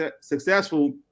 successful